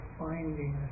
finding